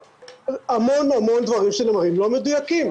המון המון דברים שנאמרים לא מדויקים.